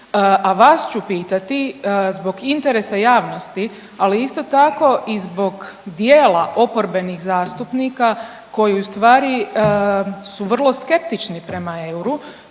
A vas ću pitati zbog interesa javnosti, ali isto tako i zbog djela oporbenih zastupnika koji ustvari su vrlo skeptični prema euru,